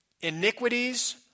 iniquities